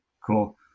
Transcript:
cool